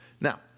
Now